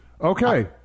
Okay